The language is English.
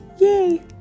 Yay